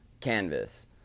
canvas